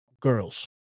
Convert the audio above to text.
girls